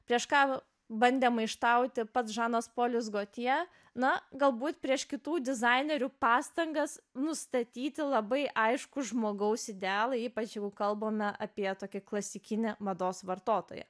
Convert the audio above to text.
prieš kavą bandė maištauti pats žanas polis gotje na galbūt prieš kitų dizainerių pastangas nustatyti labai aiškų žmogaus idealą ypač jeigu kalbame apie tokį klasikinį mados vartotoja